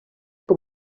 com